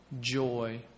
joy